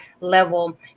level